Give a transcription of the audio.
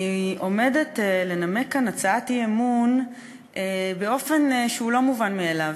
אני עומדת לנמק כאן הצעת אי-אמון באופן שהוא לא מובן מאליו.